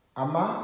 ama